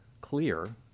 clear